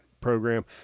program